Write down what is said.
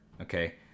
Okay